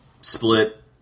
split